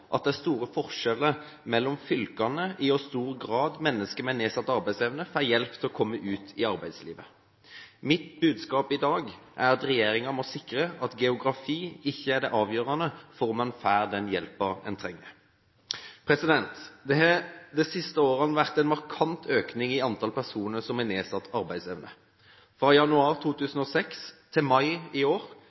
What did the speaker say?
at det er store forskjeller mellom fylkene i hvor stor grad mennesker med nedsatt arbeidsevne får hjelp til å komme ut i arbeidslivet. Mitt budskap i dag er at regjeringen må sikre at geografi ikke er det avgjørende for om man får den hjelpen man trenger. Det har de siste årene vært en markant økning i antall personer som har nedsatt arbeidsevne. Fra januar 2006 til mai i år